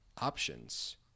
options